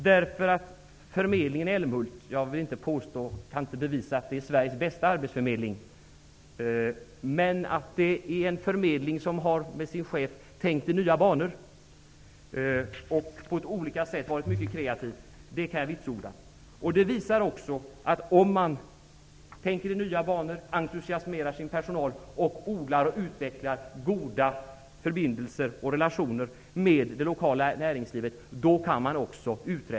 Jag kan inte bevisa att förmedlingen i Älmhult är Sveriges bästa arbetsförmedling, men att det är en förmedling och en chef som har tänkt i nya banor och på olika sätt varit mycket kreativ kan jag vitsorda. Det visar också att man kan uträtta stordåd om man tänker i nya banor, entusiasmerar sin personal, odlar och utvecklar goda förbindelser och relationer med det lokala näringslivet.